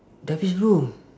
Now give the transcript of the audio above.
dah habis belum